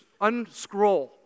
unscroll